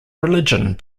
religion